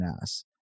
ass